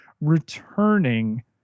returning